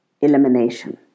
elimination